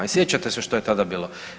I sjećate se što je tada bilo.